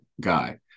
guy